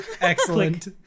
Excellent